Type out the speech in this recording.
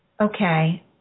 okay